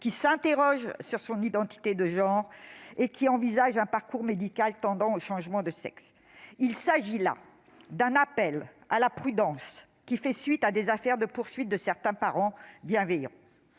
qui s'interroge sur son identité de genre et qui envisage un parcours médical tendant au changement de sexe. » Il s'agit là d'un appel à la prudence, qui fait suite à des affaires de poursuites engagées à l'encontre de certains parents bienveillants.